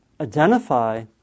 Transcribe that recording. identify